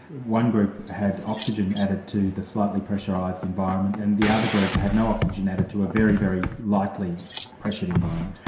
one group had oxygen added to the slightly pressurised environment, and the other group had no oxygen added to a very, very lightly pressured environment?